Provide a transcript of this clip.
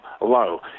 low